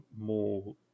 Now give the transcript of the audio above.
more